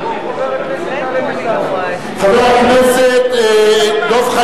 חבר הכנסת טלב אלסאנע.